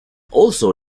also